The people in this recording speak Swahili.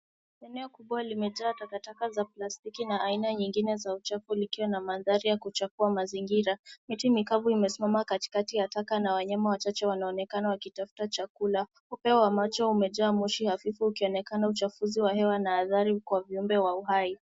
Eneo kubwa limejaa takataka za plastiki na aina nyingine za uchafu likiwa na mandhari ya kuchafua mazingira. Miti mikavu imesimama katikati ya taka na wanyama wachache wanaonekana wakitafuta chakula. Upeo wa macho umejaa moshi hafifu ukionekana uchafuzi wa hewa na adhari kwa viumbe wa uhai.